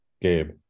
Gabe